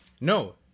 No